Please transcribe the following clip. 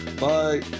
bye